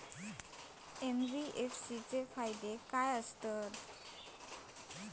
NBFC चे फायदे खाय आसत?